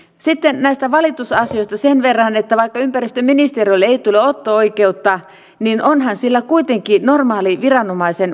sitten näistä valitusasioista sen verran että vaikka ympäristöministeriölle ei tule otto oikeutta niin onhan sillä kuitenkin normaali viranomaisen valitusoikeus